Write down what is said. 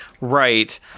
Right